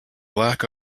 lack